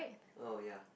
oh ya